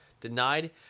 denied